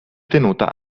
tenuta